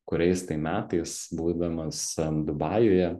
kuriais tai metais būdamas dubajuje